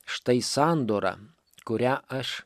štai sandora kurią aš